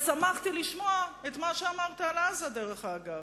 ושמחתי לשמוע את מה שאמרת על עזה, דרך אגב.